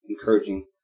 encouraging